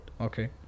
Okay